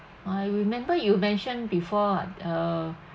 I remember you mentioned before what uh